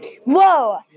Whoa